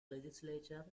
legislature